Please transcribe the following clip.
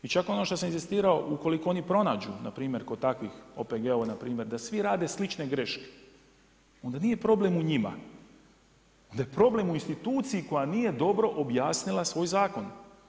I čak ono što sam inzistirao ukoliko oni pronađu npr. kod takvih OPG-ova da svi rade slične greške, onda nije problem u njima, onda je problem u instituciji koja nije dobro objasnila svoj zakon.